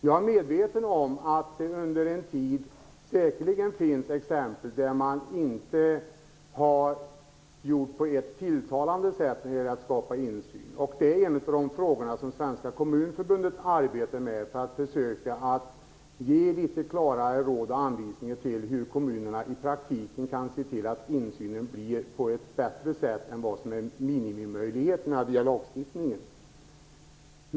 Jag är medveten om att det under en tid säkerligen har funnits exempel där man inte har skapat tillsyn på ett tilltalande sätt. En av de frågor som Svenska kommunförbundet arbetar med är att försöka ge litet klarare råd och anvisningar för hur kommunerna i praktiken kan se till att insynen blir bättre än vad som är minimimöjligheten via lagstiftningen.